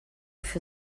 für